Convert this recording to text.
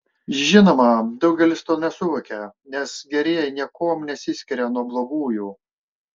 žinoma daugelis to nesuvokia nes gerieji niekuom nesiskiria nuo blogųjų